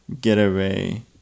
getaway